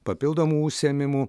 papildomų užsiėmimų